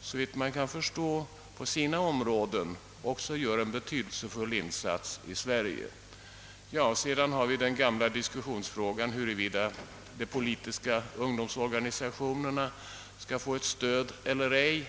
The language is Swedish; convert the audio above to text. såvitt man kan förstå, också på sina områden gör en betydelsefull insats 1 Sverige. Vi har sedan den gamla diskussionsfrågan om huruvida de politiska ungdomsorganisationerna skall få stöd eller ej.